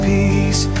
Peace